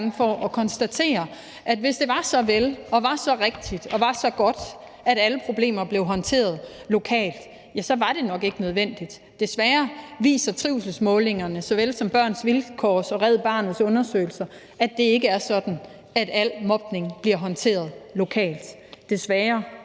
for at konstatere, at hvis det var så vel og var så rigtigt og så godt, at alle problemer blev håndteret lokalt, ja, så var det jo nok ikke nødvendigt. Desværre viser såvel trivselsmålingerne som Børns Vilkårs og Red Barnets undersøgelser, at det ikke er sådan, at al mobning bliver håndtere lokalt – desværre